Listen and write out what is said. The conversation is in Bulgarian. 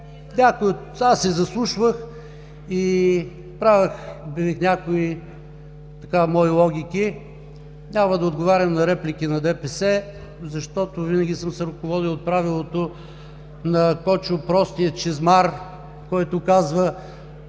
се заслушвах и правих някои мои логики. Няма да отговарям на реплики на ДПС, защото винаги съм се ръководил от правилото на Кочо – простият чизмар, който казва: